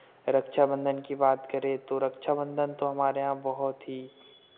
रक्षाबंधन की बात करें तो रक्षाबंधन तो हमारे यहाँ बहुत ही